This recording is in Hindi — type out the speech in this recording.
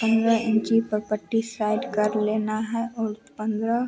पन्द्रह इन्ची पर पट्टी साइड कर लेना है और पन्द्रह